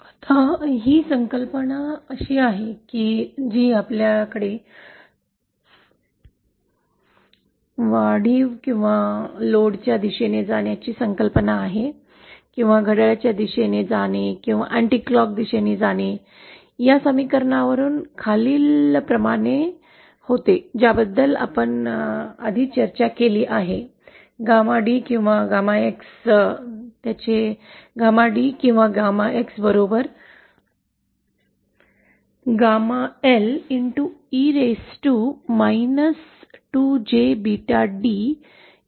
आता ही संकल्पना अशी आहे की आपल्याकडे या वाढीव किंवा लोडच्या दिशेने जाण्याची संकल्पना आहे घड्याळाच्या दिशेने जाणे अँटीक्लॉक दिशेने जाणे या समीकरणावरून खालीलप्रमाणे होते ज्याबद्दल आपण आधी चर्चा केली आहे 𝜞 किंवा X त्याचे 𝜞 किंवा नाही एक्स हे 𝜞e 2j𝞫d इतकेच आहे